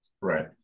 Right